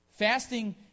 Fasting